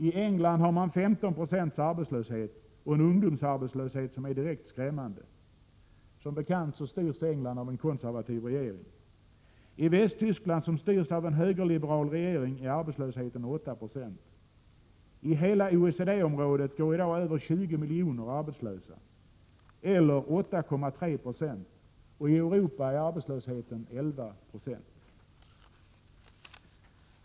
I England har man 15 96 arbetslöshet och en ungdomsarbetslöshet som är direkt skrämmande. Som bekant styrs England av en konservativ regering. I Västtyskland, som styrs av en högerliberal regering, är arbetslösheten 8 96. I hela OECD-området går i dag över 20 miljoner människor arbetslösa, eller 8,3 20. I Europa är arbetslösheten 11 90.